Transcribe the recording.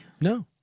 No